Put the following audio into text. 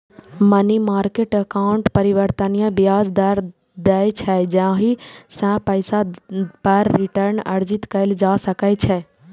money market account परिवर्तनीय ब्याज दर दै छै, जाहि सं पैसा पर रिटर्न अर्जित कैल जा सकै छै